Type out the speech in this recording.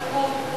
השתתפות,